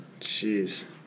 jeez